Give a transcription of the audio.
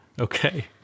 Okay